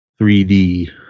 3d